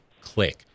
click